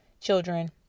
children